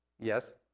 Yes